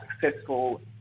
successful